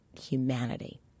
humanity